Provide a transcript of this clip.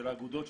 של האגודות,